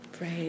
right